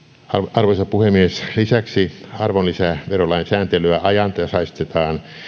arvoisa puhemies lisäksi arvonlisäverolain sääntelyä ajantasaistetaan